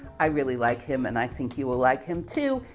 i really like him. and i think you will like him too,